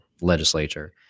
legislature